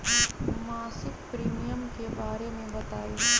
मासिक प्रीमियम के बारे मे बताई?